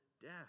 death